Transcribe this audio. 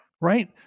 Right